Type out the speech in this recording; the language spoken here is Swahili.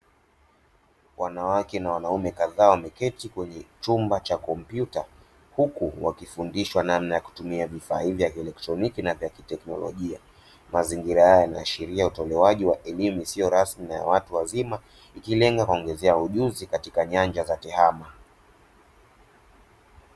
Wanawake na wanaume kadhaa wameketi kwenye chumba cha kompyuta huku wakifundishwa namna ya kutumia vifaa hivi vya kielektroniki na vya kiteknolojia. Mazingira haya yanaashiria utolewaji wa elimu isiyo rasmi na ya watu wazima ikilenga kuwaongezea ujuzi katika nyanja za tehama.